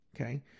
Okay